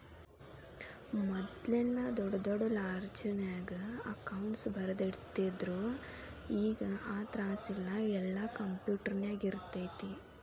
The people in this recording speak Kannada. ಮದ್ಲೆಲ್ಲಾ ದೊಡ್ ದೊಡ್ ಲೆಡ್ಜರ್ನ್ಯಾಗ ಅಕೌಂಟ್ಸ್ ಬರ್ದಿಟ್ಟಿರ್ತಿದ್ರು ಈಗ್ ಆ ತ್ರಾಸಿಲ್ಲಾ ಯೆಲ್ಲಾ ಕ್ಂಪ್ಯುಟರ್ನ್ಯಾಗಿರ್ತೆತಿ